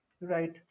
Right